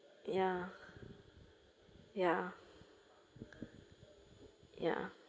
ya ya ya